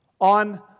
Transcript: on